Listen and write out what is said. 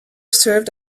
served